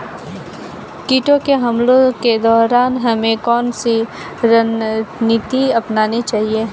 कीटों के हमलों के दौरान हमें कौन सी रणनीति अपनानी चाहिए?